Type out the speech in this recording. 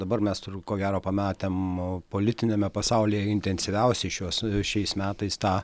dabar mes turbūt ko gero pamatėm politiniame pasaulyje intensyviausiai šiuos šiais metais tą